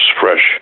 fresh